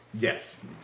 Yes